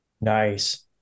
Nice